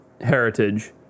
Heritage